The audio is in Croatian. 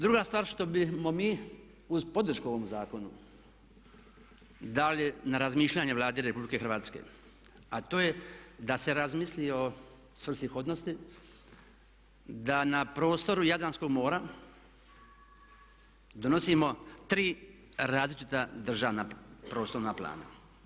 Druga stvar što bismo mi uz podršku ovom zakonu dali na razmišljanje Vladi Republike Hrvatske a to je da se razmisli o svrsishodnosti da na prostoru Jadranskog mora donosimo tri različita državna prostorna plana.